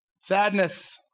sadness